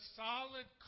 solid